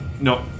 No